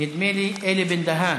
נדמה לי שאלי בן-דהן.